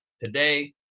Today